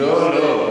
לא, לא.